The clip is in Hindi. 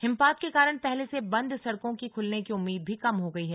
हिमपात के कारण पहले से बंद सड़कों की खुलने की उम्मीद भी कम हो गई है